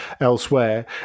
elsewhere